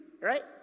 right